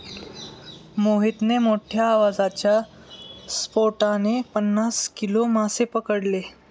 मोहितने मोठ्ठ्या आवाजाच्या स्फोटाने पन्नास किलो मासे पकडले